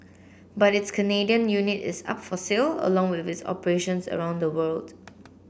but its Canadian unit is up for sale along with its operations around the world